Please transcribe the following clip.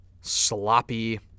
sloppy